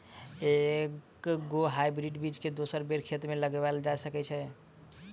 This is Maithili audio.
एके गो हाइब्रिड बीज केँ दोसर बेर खेत मे लगैल जा सकय छै?